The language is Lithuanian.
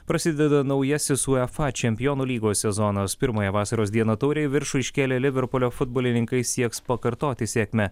prasideda naujasis uefa čempionų lygos sezonas pirmąją vasaros dieną taurę į viršų iškėlė liverpulio futbolininkai sieks pakartoti sėkmę